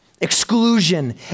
exclusion